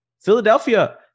Philadelphia